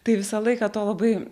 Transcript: tai visą laiką to labai